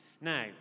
Now